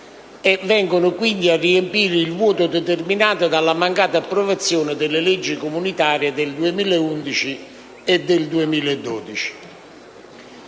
che vengono, quindi, a riempire il vuoto determinato dalla mancata approvazione delle leggi comunitarie 2011 e 2012.